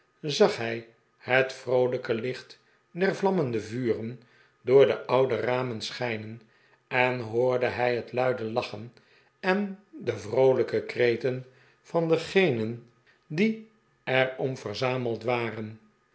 zag hij het vroolijke licht der vlammende vuren door de oude ramen schijnen en hoorde hij het luide lachen en de vroolijke kreten van degenen die er om verzameld waren